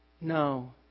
no